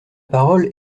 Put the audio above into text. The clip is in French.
parole